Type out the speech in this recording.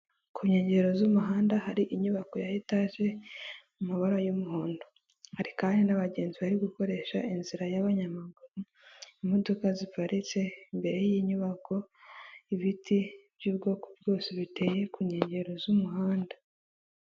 Ku nkengero z'umuhanda hari inyubako ya etaje mu mabara y'umuhondo, hari kandi n'abagenzi bari gukoresha inzira y'abanyamaguru, imodoka ziparitse imbere y'inyubako, ibiti by'ubwoko bwose biteye ku nkengero z'umuhanda.